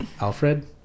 Alfred